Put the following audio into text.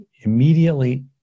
immediately